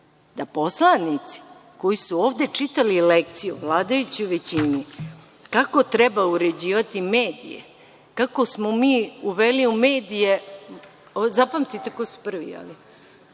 da poslanici koji su ovde čitali lekciju vladajućoj većini kako treba uređivati medije, kako smo mi uveli u medije šund, kako mi imamo